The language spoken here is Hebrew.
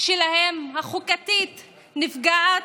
שלהם החוקתית נפגעת?